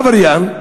עבריין,